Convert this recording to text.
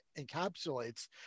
encapsulates